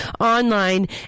online